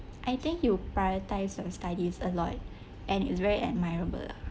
I think you prioritise your studies a lot and it's very admirable lah